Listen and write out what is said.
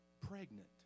pregnant